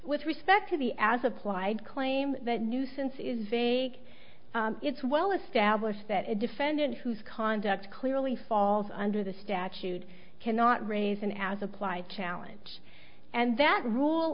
with respect to the as applied claim that nuisance is vague it's well established that a defendant whose conduct clearly falls under the statute cannot raise an as applied challenge and that rule